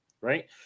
right